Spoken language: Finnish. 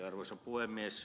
arvoisa puhemies